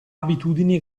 abitudini